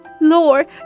Lord